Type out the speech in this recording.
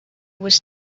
was